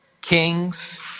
kings